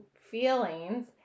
feelings